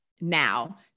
now